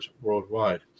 worldwide